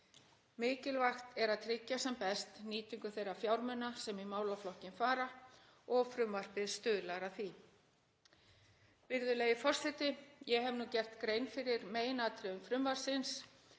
Mikilvægt er að tryggja sem best nýtingu þeirra fjármuna sem í málaflokkinn fara og stuðlar frumvarpið að því. Virðulegi forseti. Ég hef nú gert grein fyrir meginatriðum frumvarpsins.